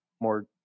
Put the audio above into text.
more